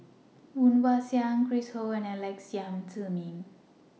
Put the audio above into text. Woon Wah Siang Chris Ho and Alex Yam Ziming